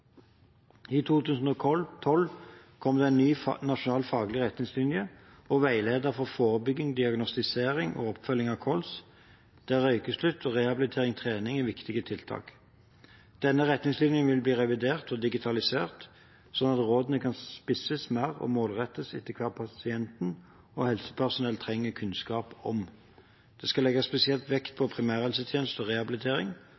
I 2012 kom det en ny nasjonal faglig retningslinje og veileder for forebygging, diagnostisering og oppfølging av kols der røykeslutt, rehabilitering og trening er viktige tiltak. Denne retningslinjen vil bli revidert og digitalisert, slik at rådene kan spisses mer og målrettes etter hva pasienten og helsepersonell trenger kunnskap om. Det skal legges spesielt vekt